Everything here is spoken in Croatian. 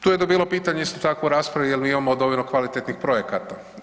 Tu je bilo pitanje isto tako u raspravi da li mi imamo dovoljno kvalitetnih projekata?